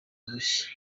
urushyi